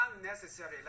unnecessary